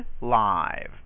live